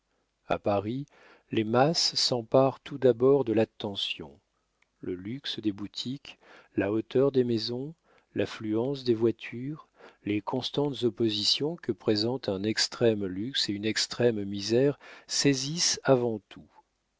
a paris les masses s'emparent tout d'abord de l'attention le luxe des boutiques la hauteur des maisons l'affluence des voitures les constantes oppositions que présentent un extrême luxe et une extrême misère saisissent avant tout